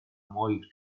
moich